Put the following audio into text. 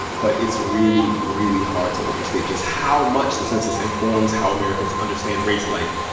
but it's really, really hard to overstate just how much the census informs how americans understand race like,